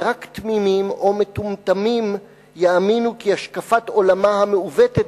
ורק תמימים או מטומטמים יאמינו כי השקפת עולמה המעוותת